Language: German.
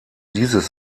dieses